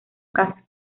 casa